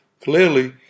Clearly